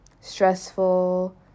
stressful